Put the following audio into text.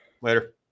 Later